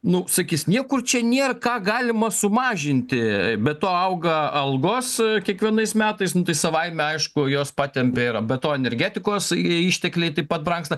nu sakys niekur čia nėr ką galima sumažinti be to auga algos kiekvienais metais nu tai savaime aišku jos patempia yra be to energetikos ištekliai taip pat brangsta